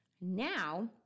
Now